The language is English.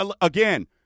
again